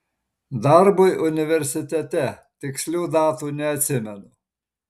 darbui universitete tikslių datų neatsimenu